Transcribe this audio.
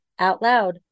OUTLOUD